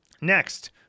Next